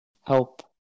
help